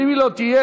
ואם היא לא תהיה,